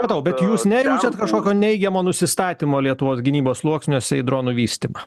supratau bet jūs nejaučiat kažkokio neigiamo nusistatymo lietuvos gynybos sluoksniuose į dronų vystymą